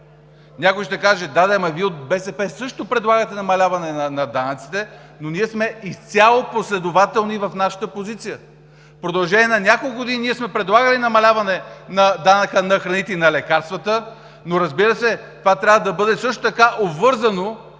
Някой ще каже – да де, ама Вие от БСП също предлагате намаляване на данъците. Но ние сме изцяло последователни в нашата позиция! В продължение на няколко години сме предлагали намаляване на данъка на храните и на лекарствата, но, разбира се, това трябва да бъде също така обвързано